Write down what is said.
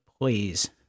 please